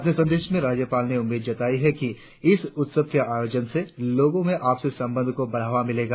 अपने संदेश में राज्यपाल ने उम्मीद जताई है कि इस उत्सव के आयोजन से लोगो में आपसी संबंध को बढ़ावा मिलेगा